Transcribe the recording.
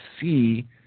see